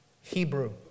Hebrew